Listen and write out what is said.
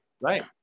right